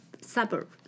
suburb